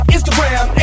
Instagram